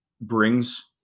brings